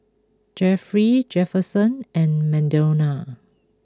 Jefferey Jefferson and Madonna